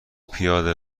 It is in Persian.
پیاده